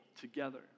together